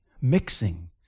mixing